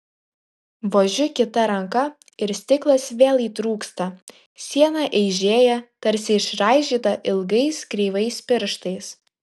vožiu kita ranka ir stiklas vėl įtrūksta siena eižėja tarsi išraižyta ilgais kreivais pirštais